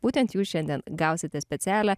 būtent jūs šiandien gausite specialią